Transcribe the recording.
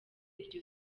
iryo